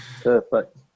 Perfect